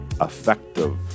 effective